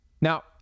Now